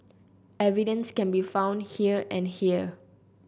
evidence can be found here and here